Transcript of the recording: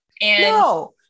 No